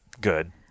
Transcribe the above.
good